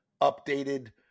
updated